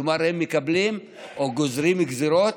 כלומר הם מקבלים או גוזרים גזרות